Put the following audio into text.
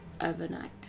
overnight